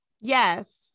Yes